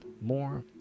more